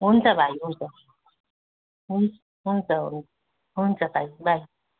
हुन्छ भाइ हुन्छ हुन् हुन्छ हु हुन्छ त बाई